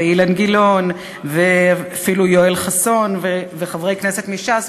ואילן גילאון ואפילו יואל חסון וחברי כנסת מש"ס,